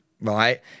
right